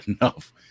enough